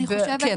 אני חושבת,